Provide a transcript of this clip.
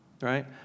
right